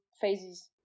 phases